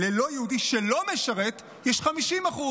ללא יהודי שלא משרת יש 50%,